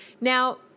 Now